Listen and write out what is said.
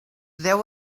there